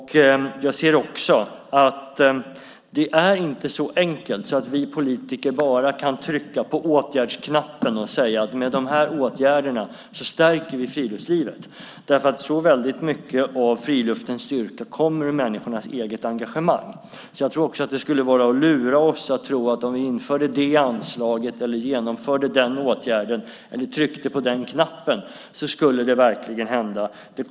Jag ser också att det inte är så enkelt att vi politiker bara kan trycka på åtgärdsknappen och säga att med de här åtgärderna stärker vi friluftslivet. Så mycket av friluftens styrka kommer nämligen ur människornas eget engagemang. Jag tror att det skulle vara att lura oss själva att tro att om vi inför ett visst anslag, genomför en viss åtgärd eller trycker på en knapp så skulle det verkligen hända något.